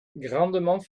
grandement